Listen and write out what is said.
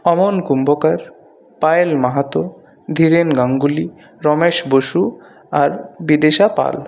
অমন কুম্ভকার পায়েল মাহাতো ধিরেন গাঙ্গুলি রমেশ বসু আর বিদিশা পাল